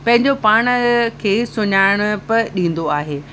पंहिंजो पाण खे सुञाणप ॾींदो आहे